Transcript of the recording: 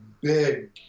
big